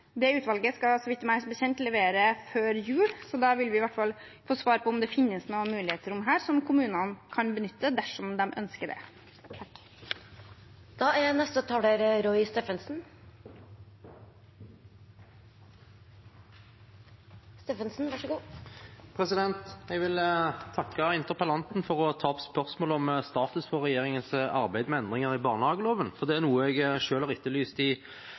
Det utvalget skal, meg bekjent, levere før jul, så da vil vi i hvert fall få svar på om det finnes noen mulighetsrom her som kommunen kan benytte, dersom de ønsker det. Jeg vil takke interpellanten for å ta opp spørsmålet om status for regjeringens arbeid med endringer i barnehageloven, for det er noe jeg selv har etterlyst i